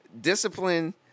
discipline